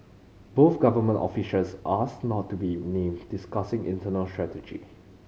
both government officials asked not to be named discussing internal strategy